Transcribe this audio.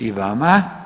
I vama.